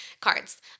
cards